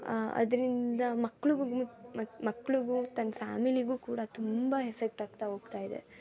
ಅದರಿಂದ ಮಕ್ಳಿಗು ಮಕ್ಳಿಗು ತನ್ನ ಫ್ಯಾಮಿಲಿಗೂ ಕೂಡ ತುಂಬ ಎಫೆಕ್ಟ್ ಆಗ್ತಾ ಹೋಗ್ತಾಯಿದೆ